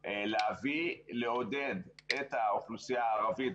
לעודד את האוכלוסייה הערבית,